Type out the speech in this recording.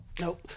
Nope